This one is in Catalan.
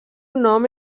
nom